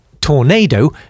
tornado